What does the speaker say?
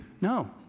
No